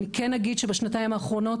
אני כן אגיד שבשנתיים האחרונות,